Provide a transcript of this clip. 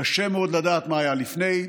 קשה מאוד לדעת מה היה לפני,